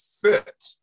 fit